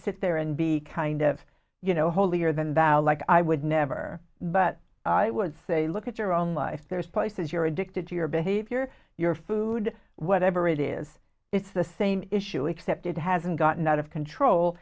sit there and be kind of you know holier than thou like i would never but it was say look at your own life there's places you're addicted to your behavior your food whatever it is it's the same issue except it hasn't gotten out of control